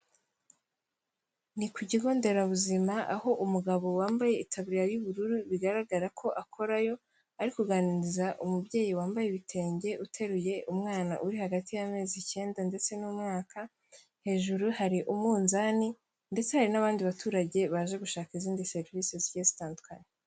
Ni ku kigo nderabuzima aho umugabo wambaye itaburiya y'ubururu bigaragara ko akorayo ari kuganiriza umubyeyi wambaye ibitenge uteruye umwana uri hagati y'amezi icyenda ndetse n'umwaka, hejuru hari umunzani ndetse hari n'abandi baturage baje gushaka izindi serivisi zigiye zitandukanye.